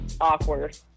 awkward